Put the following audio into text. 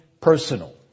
personal